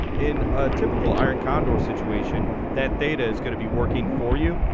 in a typical iron condor situation that theta is going to be working for you.